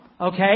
okay